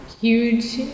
huge